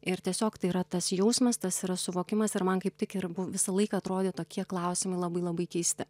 ir tiesiog tai yra tas jausmas tas yra suvokimas ir man kaip tik ir visą laiką atrodė tokie klausimai labai labai keisti